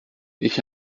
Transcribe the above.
ich